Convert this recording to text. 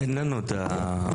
אין לנו את היכולת,